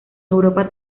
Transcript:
europa